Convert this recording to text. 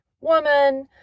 woman